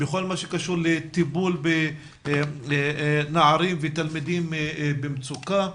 בכל מה שקשור לטיפול בנערים ותלמידים במצוקה,